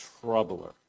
troubler